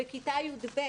בכיתה י"ב